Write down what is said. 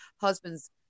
husband's